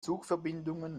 zugverbindungen